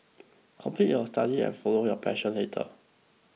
complete your studies and follow your passion later